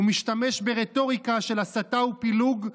הוא משתמש ברטוריקה של הסתה ופילוג,